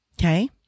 Okay